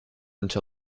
until